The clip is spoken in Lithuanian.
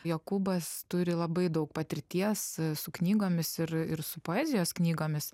jokūbas turi labai daug patirties su knygomis ir ir su poezijos knygomis